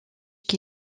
qui